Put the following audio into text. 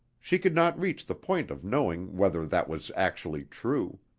she could not reach the point of knowing whether that was actually true,